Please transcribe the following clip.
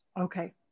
Okay